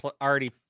already